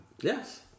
Yes